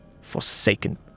forsaken